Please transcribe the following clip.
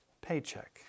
paycheck